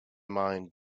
mind